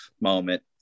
moment